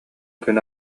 күн